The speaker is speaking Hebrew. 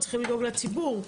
אנחנו צריכים לדאוג לציבור,